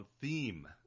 theme